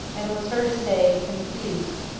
and was heard to say, confused,